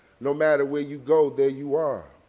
no matter where you go, there you are.